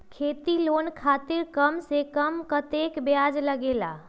खेती लोन खातीर कम से कम कतेक ब्याज लगेला?